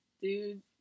dude